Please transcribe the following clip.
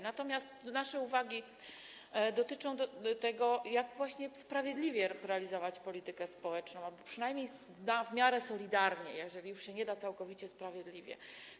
Natomiast nasze uwagi dotyczą tego, jak właśnie sprawiedliwie realizować politykę społeczną albo przynajmniej w miarę solidarnie, jeżeli już nie da się całkowicie sprawiedliwie.